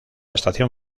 estación